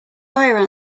fire